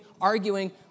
arguing